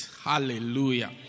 Hallelujah